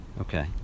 Okay